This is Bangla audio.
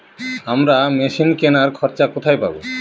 আমরা মেশিন কেনার খরচা কোথায় পাবো?